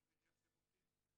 אני מניח שהם עובדים,